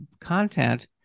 content